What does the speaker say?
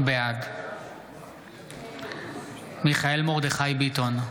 בעד מיכאל מרדכי ביטון,